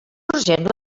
urgent